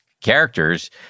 characters